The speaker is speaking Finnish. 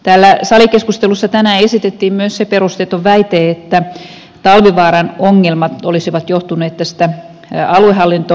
täällä salikeskustelussa tänään esitettiin myös se perusteeton väite että talvivaaran ongelmat olisivat johtuneet tästä aluehallintouudistuksesta